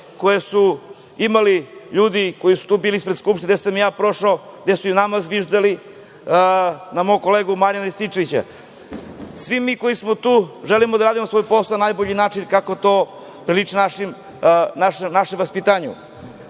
koje su imali ljudi koji su tu bili ispred Skupštine, gde sam i ja prošao, gde su i nama zviždala, na mog kolegu Marijana Rističevića. Svi mi koji smo tu želimo da radimo svoj posao na najbolji način, kako to priliči našem vaspitanju.